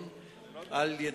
רצוני